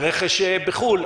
ברכש בחו"ל,